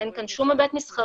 אין כאן שום היבט מסחרי.